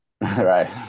right